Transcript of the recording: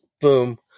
boom